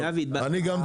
אני גם,